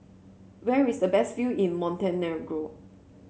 where is the best view in Montenegro